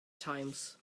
times